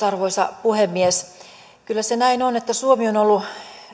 arvoisa puhemies kyllä se näin on että suomi on on ollut